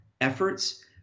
efforts